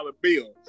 bill